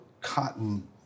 cotton